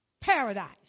paradise